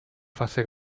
fase